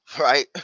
Right